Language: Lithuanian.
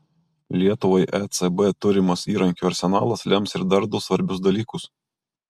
lietuvai ecb turimas įrankių arsenalas lems ir dar du svarbius dalykus